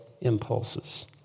impulses